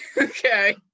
Okay